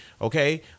Okay